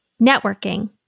networking